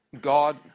God